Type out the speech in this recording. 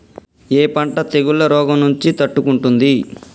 ఏ పంట తెగుళ్ల రోగం నుంచి తట్టుకుంటుంది?